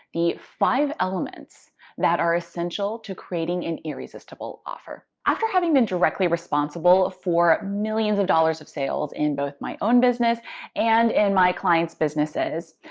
the five elements that are essential to creating an irresistible offer. after having been directly responsible for millions of dollars of sales in both my own business and in my clients' businesses,